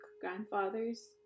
grandfathers